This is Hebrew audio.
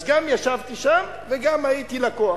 אז גם ישבתי שם וגם הייתי לקוח.